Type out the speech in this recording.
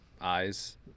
eyes